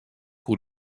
koe